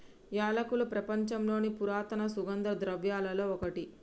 యాలకులు ప్రపంచంలోని పురాతన సుగంధ ద్రవ్యలలో ఒకటి